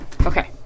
okay